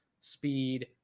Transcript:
speed